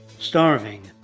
starving,